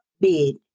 bid